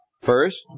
first